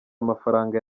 amafaranga